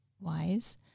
wise